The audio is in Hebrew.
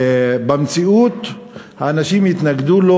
במציאות האנשים יתנגדו לו.